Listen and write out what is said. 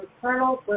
Colonel